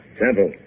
Simple